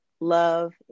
love